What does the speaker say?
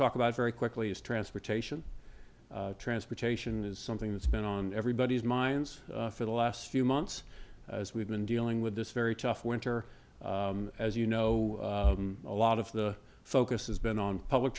talk about very quickly is transportation transportation is something that's been on everybody's minds for the last few months as we've been dealing with this very tough winter as you know a lot of the focus has been on public